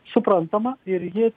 suprantama ir ji